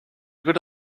good